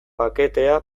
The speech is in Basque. paketea